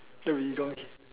that will be damn